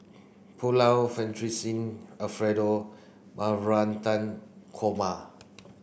Pulao Fettuccine Alfredo Navratan Korma